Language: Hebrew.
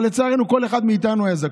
אבל לצערנו כל אחד מאיתנו היה זקוק.